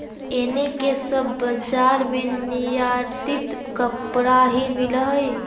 एने के सब बजार में निर्यातित कपड़ा ही मिल हई